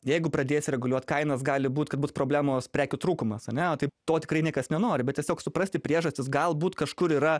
jeigu pradėsi reguliuot kainas gali būt kad būt problemos prekių trūkumas ane tai to tikrai niekas nenori bet tiesiog suprasti priežastis galbūt kažkur yra